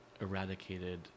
eradicated